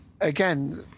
again